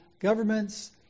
governments